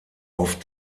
auf